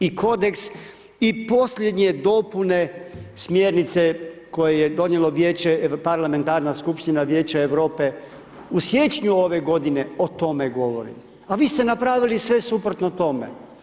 I kodeks i posljednje dopune smjernice koje je donijelo Vijeće, Paralamentarna skupština Vijeća Europe u siječnju ove godine o tome govorim a vi ste napravili sve suprotno tome.